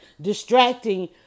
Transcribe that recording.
distracting